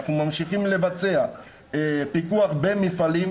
אנחנו ממשיכים לבצע פיקוח בין מפעלים,